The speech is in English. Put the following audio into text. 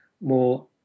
more